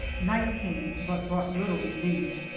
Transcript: night came, but brought little relief.